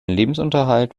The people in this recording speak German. lebensunterhalt